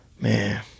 man